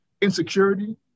insecurity